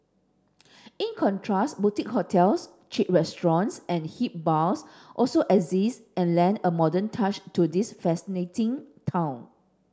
in contrast boutique hotels chic restaurants and hip bars also exist and lend a modern touch to this fascinating town